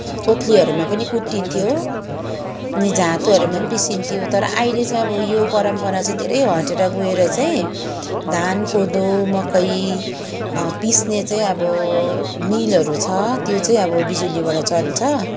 ओखलीहरूमा पनि कुटिन्थ्यो अनि जाँतोहरूमा पनि पिसिन्थ्यो तर अहिले चाहिँ अब यो परम्परा चाहिँ धेरै हटेर गएर चाहिँ धान कोदो मकै पिस्ने चाहिँ अब मिलहरू छ त्यो चाहिँ अब बिजुलीबाट चल्छ